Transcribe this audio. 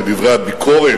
את דברי הביקורת,